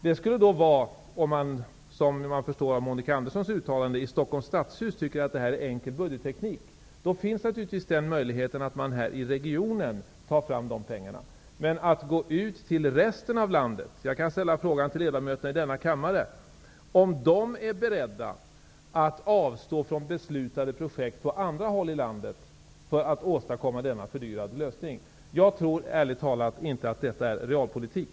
Det skulle i så fall vara -- som man förstår av Monica Anderssons uttalande i Stockholms stadshus om att detta skulle vara enkel budgetteknik -- möjligheten att man i regionen tar fram pengarna. Men det är en annan sak att gå ut till resten av landet. Jag kan ställa frågan till ledamöterna i denna kammare om de är beredda att avstå från beslutade projekt på andra håll i landet för att åstadkomma denna fördyrade lösning. Jag tror ärligt talat inte att detta är realpolitik.